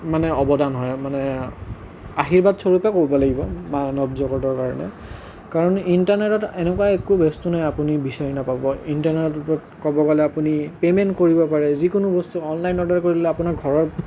মানে অৱদান হয় মানে আশীৰ্বাদ স্বৰূপেই ক'ব লাগিব মানৱ জগতৰ কাৰণে কাৰণ ইণ্টাৰনেটত এনেকুৱা একো বস্তু নাই আপুনি বিচাৰি নাপাব ইণ্টাৰনেটত ক'বলৈ গ'লৰ আপুনি পে'মেণ্ট কৰিব পাৰে যিকোনো বস্তু অনলাইন অৰ্ডাৰ কৰিলে আপোনাৰ ঘৰত